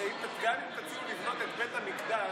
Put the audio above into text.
אני אמרתי שגם אם תציעו לבנות את בית המקדש,